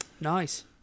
Nice